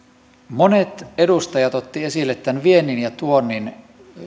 monet edustajat ottivat esille tämän viennin ja tuonnin